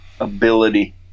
ability